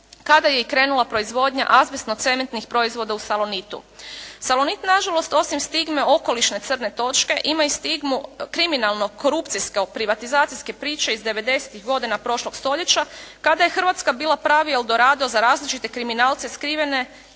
kada je i krenula proizvodnja azbestno cementnih proizvoda u "Salonitu". "Salonit" na žalost osim stigme okolišne crne točke ima i stigmu kriminalno korupcijske privatizacijske priče iz 90-tih godina prošlog stoljeća kada je Hrvatska bila pravi eldorado za različite kriminalce skrivene